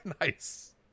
Nice